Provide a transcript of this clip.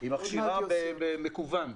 היא מכשירה במקוון.